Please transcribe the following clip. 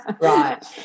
right